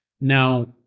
Now